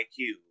IQ